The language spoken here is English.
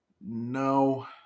no